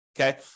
okay